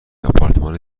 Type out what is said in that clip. آپارتمان